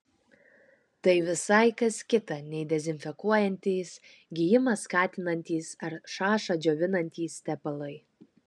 tai visai kas kita nei dezinfekuojantys gijimą skatinantys ar šašą džiovinantys tepalai